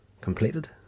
completed